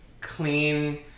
clean